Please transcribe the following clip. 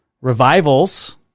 revivals